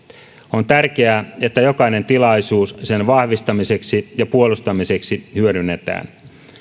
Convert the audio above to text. on tärkeää että jokainen tilaisuus sen vahvistamiseksi ja puolustamiseksi hyödynnetään